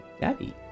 Daddy